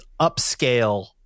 upscale